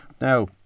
Now